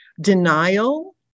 denial